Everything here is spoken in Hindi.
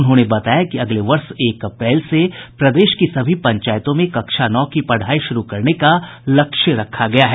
उन्होंने बताया कि अगले वर्ष एक अप्रैल से प्रदेश की सभी पंचायतों में कक्षा नौ की पढ़ाई शुरू करने का लक्ष्य रखा गया है